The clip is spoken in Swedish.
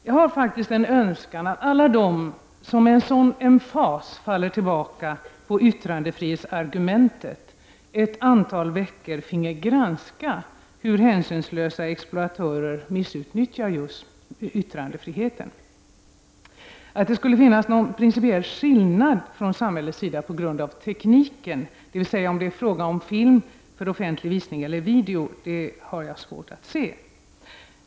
Jag har faktiskt en önskan att alla de som med sådan emfas faller tillbaka på yttrandefrihetsargumentet ett antal veckor finge granska hur hänsynslösa exploatörer missutnyttjar just yttrandefriheten. Att det skulle finnas någon principiell skillnad från samhällets sida på grund av tekniken, dvs. om det är fråga om film för offentlig visning eller video, har jag svårt att se.